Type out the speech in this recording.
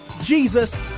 jesus